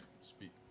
speak